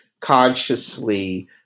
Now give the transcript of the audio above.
consciously